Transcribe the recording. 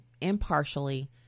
impartially